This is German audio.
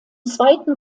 zweiten